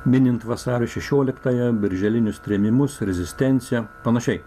minint vasario šešioliktąją birželinius trėmimus rezistenciją panašiai